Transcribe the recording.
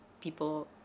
people